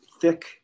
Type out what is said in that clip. thick